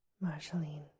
Marceline